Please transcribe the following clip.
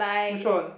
which [one]